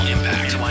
Impact